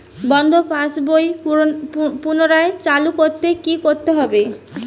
বন্ধ পাশ বই পুনরায় চালু করতে কি করতে হবে?